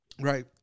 Right